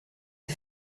die